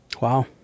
Wow